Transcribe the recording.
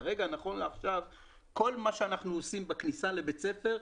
כרגע נכון לעכשיו כל מה שאנחנו עושים בכניסה לבית הספר,